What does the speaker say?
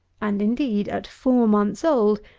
and, indeed, at four months old,